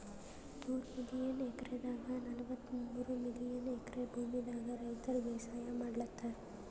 ನೂರ್ million ಎಕ್ರೆದಾಗ್ ನಲ್ವತ್ತಮೂರ್ million acre ಭೂಮಿದಾಗ್ ರೈತರ್ ಬೇಸಾಯ್ ಮಾಡ್ಲತಾರ್